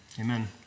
Amen